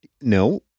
no